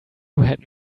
had